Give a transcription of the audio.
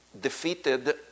defeated